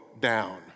down